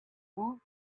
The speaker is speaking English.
woot